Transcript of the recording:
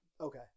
Okay